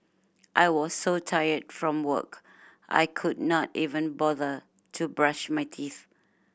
I was so tired from work I could not even bother to brush my teeth